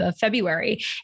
February